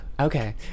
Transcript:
Okay